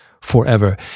forever